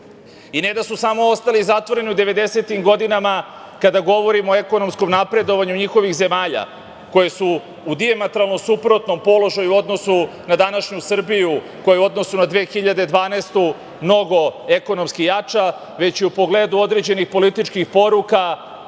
i ne da su samo ostali zatvoreni u 90-im godinama kada govorimo o ekonomskom napredovanju njihovih zemalja, koje su u dijametralno suprotnom položaju u odnosu na današnju Srbiju koja je u odnosu na 2012. godinu mnogo ekonomski jača, već i u pogledu određenih političkih poruka